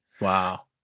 Wow